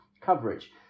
coverage